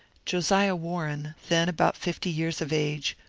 josiah warren, then about fifty years of age,